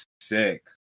sick